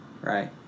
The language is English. right